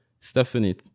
Stephanie